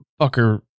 fucker